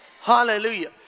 hallelujah